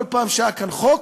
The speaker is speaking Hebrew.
כל פעם שהיה כאן חוק,